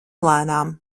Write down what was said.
lēnām